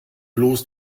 bloß